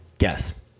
Guess